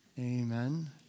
Amen